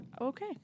Okay